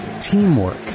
teamwork